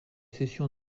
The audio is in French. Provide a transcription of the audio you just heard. sessions